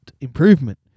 improvement